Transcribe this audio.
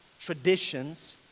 traditions